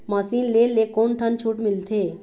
Machine ले ले कोन ठन छूट मिलथे?